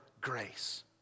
grace